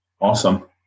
Awesome